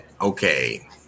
okay